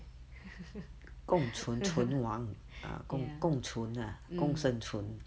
ya um